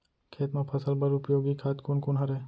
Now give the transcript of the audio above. खेत म फसल बर उपयोगी खाद कोन कोन हरय?